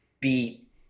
beat